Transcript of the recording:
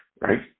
right